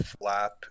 flap